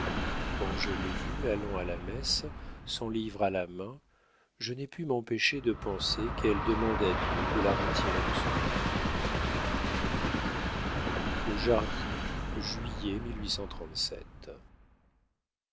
quand je l'ai vue allant à la messe son livre à la main je n'ai pu m'empêcher de penser qu'elle demande à dieu de la retirer de ce monde aux jardies juillet